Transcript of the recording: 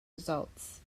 results